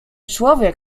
człowiek